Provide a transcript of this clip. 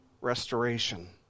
restoration